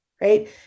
Right